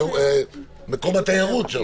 היקף ומקום התיירות.